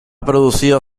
producido